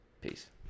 Peace